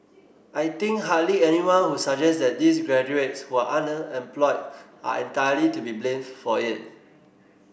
i think hardly anyone would suggest that those graduates who are underemployed are entirely to be blamed for it